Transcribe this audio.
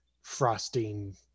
Frosting